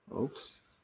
Oops